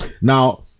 Now